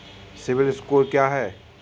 CIBIL score क्या है?